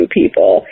people